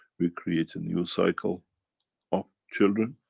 we create a new cycle ah children,